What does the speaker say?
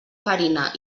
farina